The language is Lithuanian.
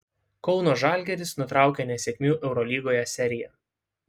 kauno žalgiris nutraukė nesėkmių eurolygoje seriją